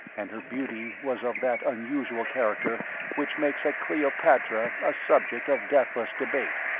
and her beauty was of that unusual character which makes a cleopatra a subject of deathless debate.